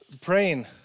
praying